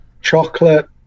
chocolate